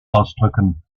ausdrücken